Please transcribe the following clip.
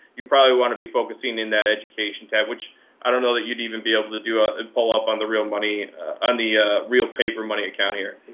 you probably want to be focusing in that education tab, which i don't know that you'd even be able to do ah and pull up on the real money on the real paper money account here.